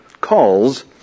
calls